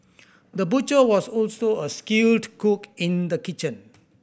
the butcher was also a skilled cook in the kitchen